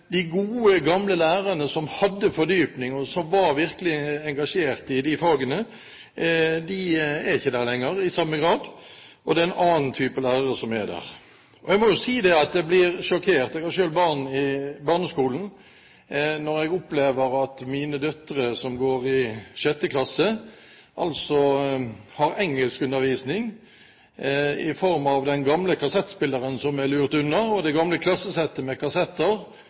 De gode, gamle lærerne som hadde fordypning, og som virkelig var engasjert i de fagene, er ikke lenger der i samme grad. Det er en annen type lærere som er der. Jeg har selv barn i barneskolen, og jeg må jo si at jeg blir sjokkert når jeg opplever at mine døtre, som går i sjette klasse, har engelskundervisning i form av den gamle kassettspilleren som er lurt unna, og det gamle klassesettet med